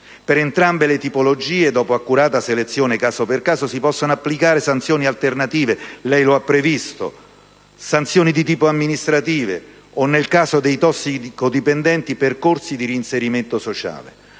Per entrambe le tipologie, dopo accurata selezione caso per caso, si possono applicare sanzioni alternative - lei lo ha previsto - alla detenzione, sanzioni di tipo amministrativo o, nel caso dei tossicodipendenti, percorsi di reinserimento sociale.